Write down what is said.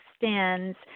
extends